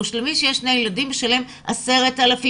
למי שיש שני ילדים, משלם 10,000 שקלים.